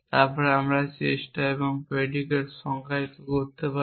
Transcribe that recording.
তারপর আমি চেষ্টা এবং একটি predicate সংজ্ঞায়িত করতে পারেন